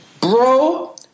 Bro